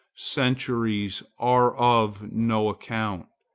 centuries, are of no account.